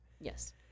Yes